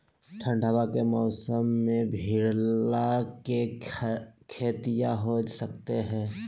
ठंडबा के मौसमा मे भिंडया के खेतीया हो सकये है?